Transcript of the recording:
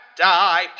Die